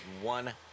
one